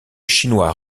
chinois